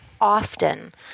often